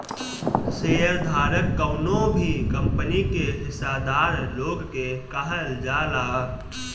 share धारक कवनो भी कंपनी के हिस्सादार लोग के कहल जाला